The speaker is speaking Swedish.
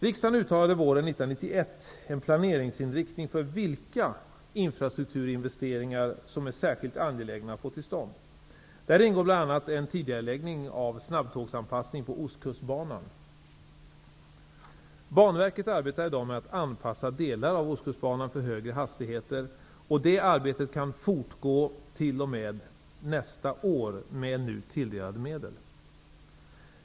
Riksdagen uttalade våren 1991 en planeringsinriktning för vilka infrastrukturinvesteringar som är särskilt angelägna att få till stånd. Där ingår bl.a. en tidigareläggning av snabbtågsanpassning på Banverket arbetar i dag med att anpassa delar av Ostkustbanan för högre hastigheter, och det arbetet kan fortgå t.o.m. nästa år med nu tilldelade medel.